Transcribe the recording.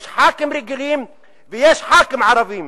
יש ח"כים רגילים, ויש ח"כים ערבים.